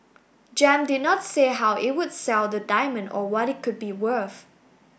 gem did not say how it will sell the diamond or what it could be worth